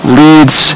leads